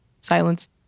silence